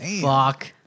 Fuck